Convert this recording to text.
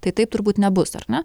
tai taip turbūt nebus ar ne